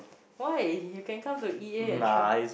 why you can come to E_A and try